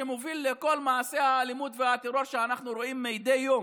שמוביל לכל מעשי האלימות והטרור שאנחנו רואים מדי יום,